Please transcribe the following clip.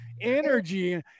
Energy